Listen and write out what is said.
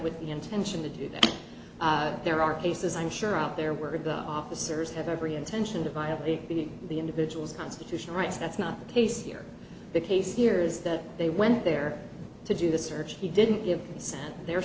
with the intention to do that there are cases i'm sure out there were the officers have every intention to violate the individual's constitutional rights that's not the case here the case here is that they went there to do the search he didn't give consent they